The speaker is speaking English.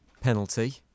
penalty